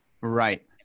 Right